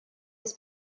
his